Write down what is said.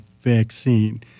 vaccine